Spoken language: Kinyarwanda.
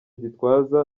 gitwaza